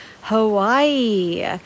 Hawaii